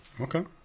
Okay